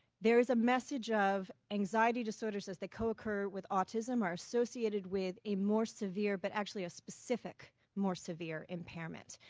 there is a message of anxiety disorders as they co-occur with autism, are associated with a more severe but actually a specific more severe impairment.